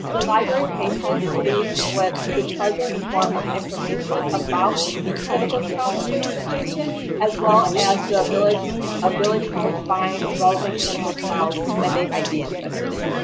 the library patrons leave with the treasure in the form of information about clinical trial participation as well as the ability ability to find relevant clinical trials that they might be interested in.